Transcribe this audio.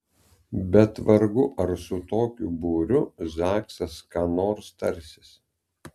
bet vargu ar su tokiu būriu zaksas ką nors tarsis